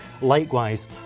likewise